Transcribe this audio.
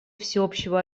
всеобщего